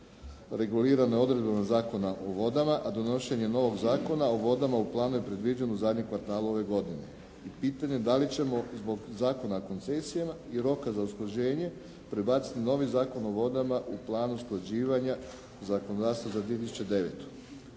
regulirano je odredbama zakona o vodama, a donošenje novog Zakona o vodama u planu je predviđen u zadnjem kvartalu ove godine. Pitanje je da li ćemo zbog Zakona o koncesijama i roka za usklađenje prebaciti novi Zakon o vodama u plan usklađivanja zakonodavstva za 2009.